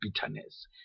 bitterness